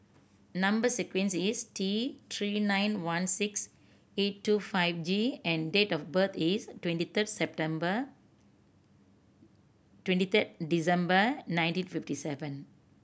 number sequence is T Three nine one six eight two five G and date of birth is twenty third September twenty third December nineteen fifty seven